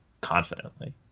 confidently